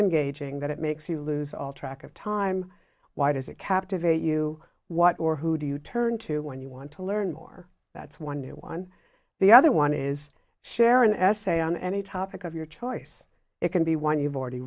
in gauging that it makes you lose all track of time why does it captivate you what or who do you turn to when you want to learn more that's one new one the other one is share an essay on any topic of your choice it can be one you've already